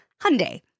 Hyundai